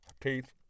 Teeth